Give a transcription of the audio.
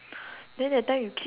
you want talk about makeup